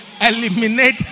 eliminate